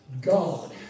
God